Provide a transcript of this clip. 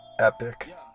epic